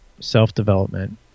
self-development